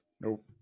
Nope